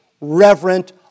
reverent